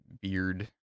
beard